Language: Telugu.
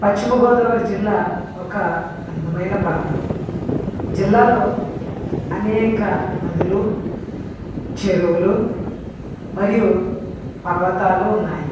పశ్చిమగోదావరి జిల్లా ఒక అందమైన ప్రాంతం జిల్లాలో అనేక నదులు చెరువులు మరియు పర్వతాలు ఉన్నాయి